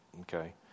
Okay